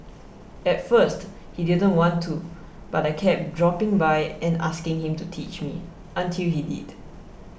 at first he didn't want to but I kept dropping by and asking him to teach me until he did